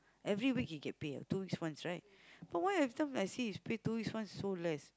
every week he get pay ah two weeks once right but why everytime I see his pay two weeks once is so less